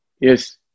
Yes